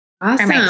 Awesome